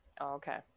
Okay